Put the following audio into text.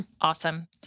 awesome